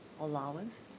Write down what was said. allowance